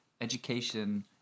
education